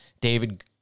David